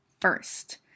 first